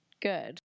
good